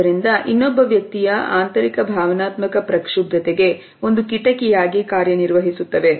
ಆದ್ದರಿಂದ ಇನ್ನೊಬ್ಬ ವ್ಯಕ್ತಿಯ ಆಂತರಿಕ ಭಾವನಾತ್ಮಕ ಪ್ರಕ್ಷುಬ್ಧತೆಗೆ ಒಂದು ಕಿಟಕಿ ಯಾಗಿ ಕಾರ್ಯನಿರ್ವಹಿಸುತ್ತವೆ